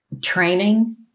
training